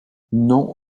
non